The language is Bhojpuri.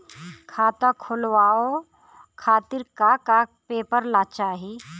खाता खोलवाव खातिर का का पेपर चाही?